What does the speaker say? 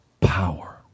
power